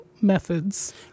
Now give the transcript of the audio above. methods